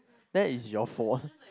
that is your fault